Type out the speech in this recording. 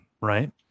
Right